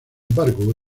embargo